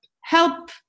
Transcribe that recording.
Help